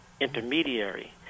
Intermediary